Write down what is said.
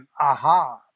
aha